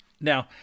Now